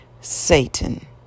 Satan